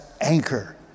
anchor